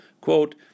quote